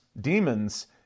demons